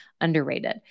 underrated